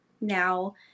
Now